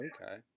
Okay